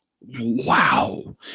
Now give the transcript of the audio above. wow